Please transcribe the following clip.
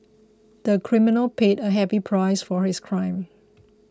the criminal paid a heavy price for his crime